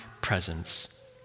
presence